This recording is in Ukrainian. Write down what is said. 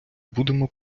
будемо